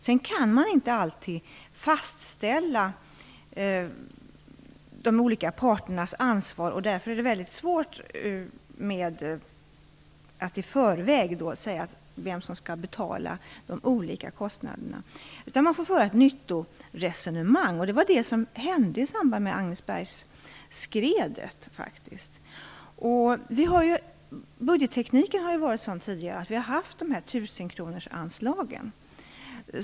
Man kan inte alltid fastställa de olika parternas ansvar, och därför är det väldigt svårt att i förväg säga vem som skall betala de olika kostnaderna. Man får föra ett nyttoresonemang. Det var det som hände i samband med Agnesbergsskredet. Budgettekniken har varit sådan tidigare, att vi har haft tusenkronorsanslagen.